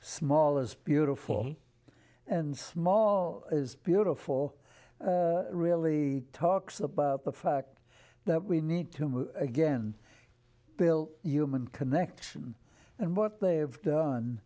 small is beautiful and small is beautiful really talks about the fact that we need to move again bill human connection and what they have done